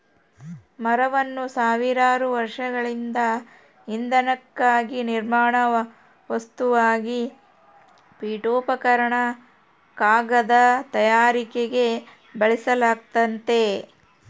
ಮರವನ್ನು ಸಾವಿರಾರು ವರ್ಷಗಳಿಂದ ಇಂಧನಕ್ಕಾಗಿ ನಿರ್ಮಾಣ ವಸ್ತುವಾಗಿ ಪೀಠೋಪಕರಣ ಕಾಗದ ತಯಾರಿಕೆಗೆ ಬಳಸಲಾಗ್ತತೆ